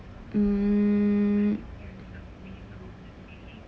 mm